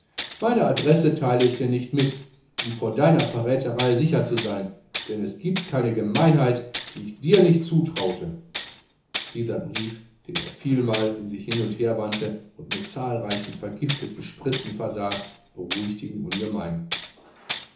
meine adresse teile ich dir nicht mit um vor deiner verräterei sicher zu sein denn es giebt keine gemeinheit die ich dir nicht zutraute dieser brief den er vielmal in sich hin und her wandte und mit zahlreichen vergifteten spitzen versah beruhigte ihn ungemein